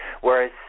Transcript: Whereas